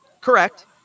Correct